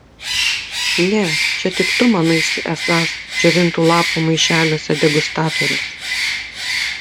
ne čia tik tu manaisi esąs džiovintų lapų maišeliuose degustatorius